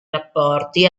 rapporti